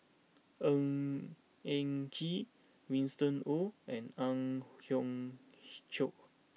Ng Eng Kee Winston Oh and Ang Hiong Chiok